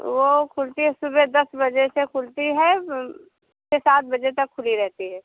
वो खुलती है सुबह दस बजे से खुलती है छः सात बजे तक खुली रहती है